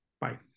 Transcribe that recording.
bye